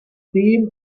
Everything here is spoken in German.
dem